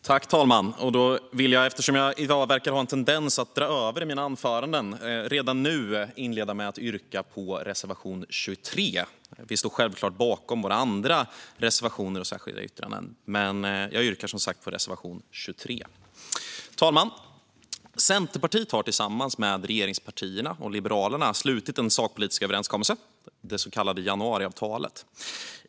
Herr talman! Eftersom jag i dag verkar ha en tendens att dra över min talartid i mina anföranden vill jag passa på att redan nu yrka bifall till reservation 23. Vi står självklart bakom våra andra reservationer och särskilda yttranden. Herr talman! Centerpartiet har tillsammans med regeringspartierna och Liberalerna slutit en sakpolitisk överenskommelse, det så kallade januariavtalet.